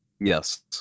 Yes